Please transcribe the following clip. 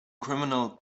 criminal